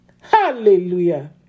Hallelujah